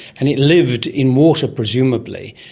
and it lived in water presumably.